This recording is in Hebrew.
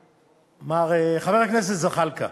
חבר הכנסת זחאלקה.